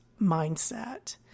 mindset